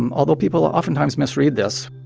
um although, people oftentimes misread this,